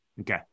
Okay